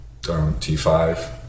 T5